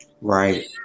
Right